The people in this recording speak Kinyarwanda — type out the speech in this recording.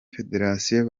federasiyo